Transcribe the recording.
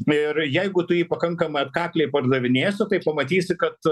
ir jeigu tu jį pakankamai atkakliai pardavinėsi tai pamatysi kad